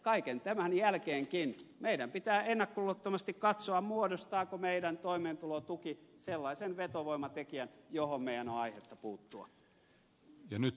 kaiken tämän jälkeenkin meidän pitää ennakkoluulottomasti katsoa muodostaako meidän toimeentulotukemme sellaisen vetovoimatekijän johon meidän on aihetta puuttua